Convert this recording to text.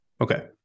Okay